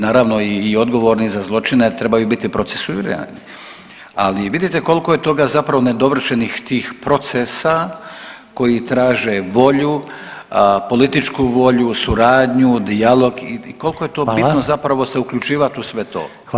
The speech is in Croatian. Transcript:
Naravno i odgovorni za zločine trebaju biti procesuirani, ali vidite koliko je toga zapravo nedovršenih tih procesa koji traže volju, političku volju, suradnju, dijalog i koliko je to bitno [[Upadica: Hvala.]] zapravo se uključivat u sve to.